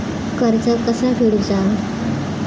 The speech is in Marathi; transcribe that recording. कर्ज कसा फेडुचा?